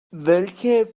welche